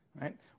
right